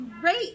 great